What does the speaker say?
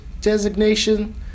designation